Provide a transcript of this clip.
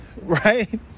Right